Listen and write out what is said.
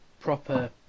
proper